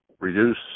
reduce